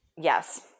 Yes